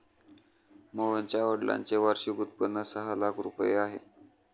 मोहनच्या वडिलांचे वार्षिक उत्पन्न सहा लाख रुपये आहे